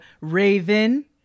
raven